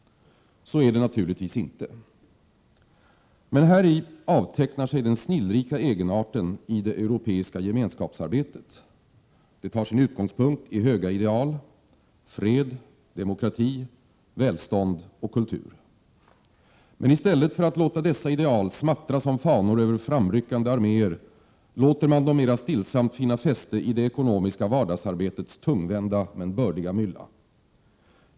Så är det naturligtvis inte. Men häri avtecknar sig den snillrika egenarten i det europeiska gemenskapsarbetet. Det tar sin utgångspunkt i höga ideal: fred, demokrati, välstånd och kultur. Men i stället för att låta dessa ideal smattra som fanor över framryckande arméer låter man dem mera stillsamt finna fäste i det ekonomiska vardagsarbetets tungvända men bördiga mylla.